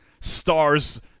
stars